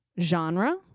Genre